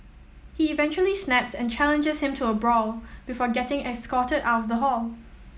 he eventually snaps and challenges him to a brawl before getting escorted out of the hall